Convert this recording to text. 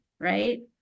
Right